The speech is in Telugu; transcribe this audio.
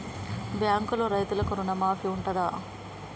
బ్యాంకులో రైతులకు రుణమాఫీ ఉంటదా?